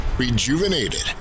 rejuvenated